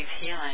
healing